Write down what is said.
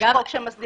יש חוק שמסדיר.